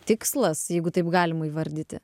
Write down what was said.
tikslas jeigu taip galima įvardyti